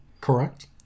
correct